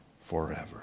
forever